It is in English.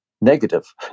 negative